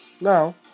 now